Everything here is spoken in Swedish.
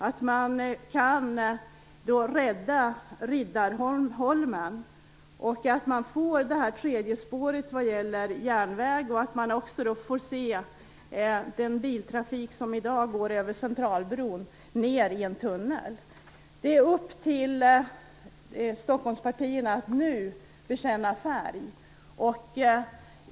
Det kan ske genom att man räddar Riddarholmen, att det tredje järnvägsspåret kommer till stånd och att den biltrafik som i dag går över Centralbron leds ned i en tunnel. Det är upp till partierna i Stockholm att nu bekänna färg.